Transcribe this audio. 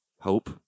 Hope